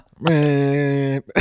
Man